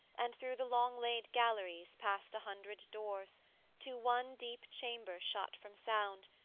and through the long-laid galleries past a hundred doors to one deep chamber shut from sound,